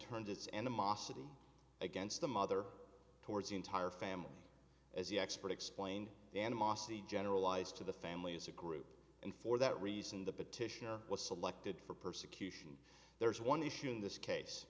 turned his animosity against the mother towards the entire family as the expert explained the animosity generalized to the family as a group and for that reason the petitioner was selected for persecution there is one issue in this case